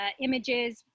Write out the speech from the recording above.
images